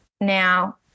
Now